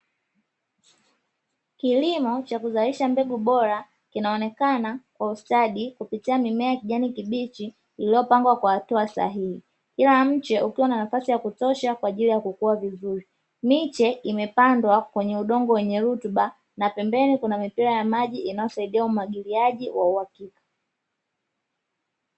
Kilimo cha kuzalisha mbegu bora kinaonekana kwa ustadi kupitia mimea ya kijani kibichi iliyopangwa kwa hatua sahihi kila mche ukiwa na nafasi ya kutosha kwa ajili ya kukua vizuri. Miche imepandwa kwenye udongo wenye rutuba na pembeni kuna mipira ya maji inayosaidia umwagiliaji wa uwakika.